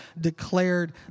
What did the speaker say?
declared